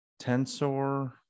Tensor